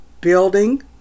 building